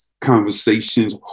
conversations